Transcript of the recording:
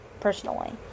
personally